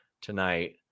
tonight